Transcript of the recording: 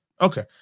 Okay